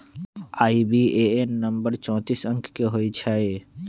IBAN number चौतीस अंक के होइ छइ